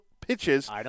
pitches